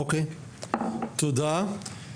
תודה.